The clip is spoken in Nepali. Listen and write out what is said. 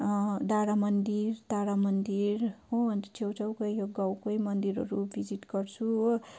डाँडा मन्दिर तारा मन्दिर हो अन्त छेउछाउकै गाउँकै मन्दिरहरू भिजिट गर्छु हो